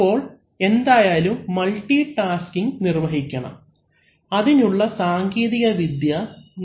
അപ്പോൾ എന്തായാലും മൾട്ടിടാസ്കിങ് നിർവഹിക്കണം അതിനുള്ള സാങ്കേതികവിദ്യ നമ്മുടെ പക്കൽ ഉണ്ട്